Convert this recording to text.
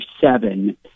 seven